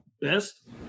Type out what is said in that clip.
best